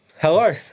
hello